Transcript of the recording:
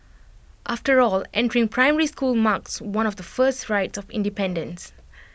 after all entering primary school marks one of the first rites of independence